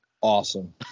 Awesome